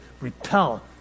repel